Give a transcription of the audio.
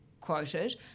quoted